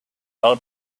old